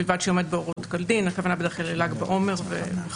ובלבד שהיא עומדת בהוראות כל דין" - הכוונה בדרך כלל לל"ג בעומר וכדומה.